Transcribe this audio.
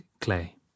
Clay